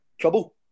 trouble